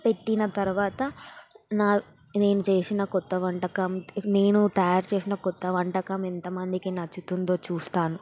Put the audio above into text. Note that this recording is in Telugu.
పెట్టిన తర్వాత నా నేను చేసిన కొత్త వంటకం నేను తయారుచేసిన కొత్త వంటకం ఎంత మందికి నచ్చుతుందో చూస్తాను